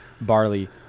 barley